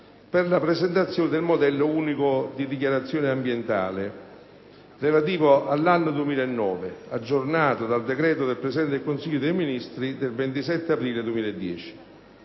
per la presentazione del modello unico di dichiarazione ambientale (MUD) relativo all'anno 2009, aggiornato dal decreto del Presidente del Consiglio dei ministri del 27 aprile 2010.